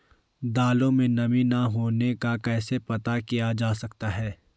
दालों में नमी न होने का कैसे पता किया जा सकता है?